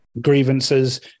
grievances